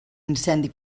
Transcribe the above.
incendi